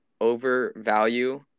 overvalue